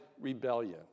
rebellion